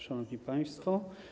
Szanowni Państwo!